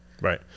Right